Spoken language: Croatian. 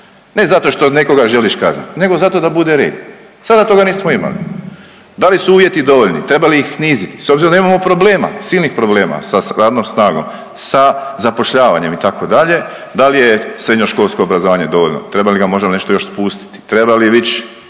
Ne zato što nekoga želiš kazniti, nego zato da bude red. Sada toga nismo imali. Da li su uvjeti dovoljni, treba li ih sniziti s obzirom da imamo problema, silnih problema sa radnom snagom, sa zapošljavanjem, itd., da li je srednjoškolsko obrazovanje dovoljno, treba li ga možda nešto još spustiti, treba li